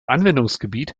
anwendungsgebiet